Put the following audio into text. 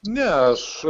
ne aš